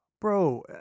Bro